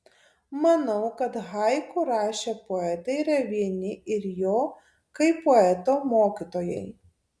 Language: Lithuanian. manau kad haiku rašę poetai yra vieni ir jo kaip poeto mokytojai